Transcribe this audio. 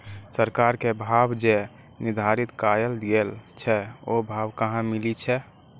सरकार के भाव जे निर्धारित कायल गेल छै ओ भाव कहाँ मिले छै?